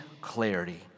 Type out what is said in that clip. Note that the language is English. clarity